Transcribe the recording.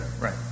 Right